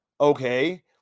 Okay